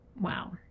wow